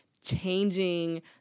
changing